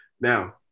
Now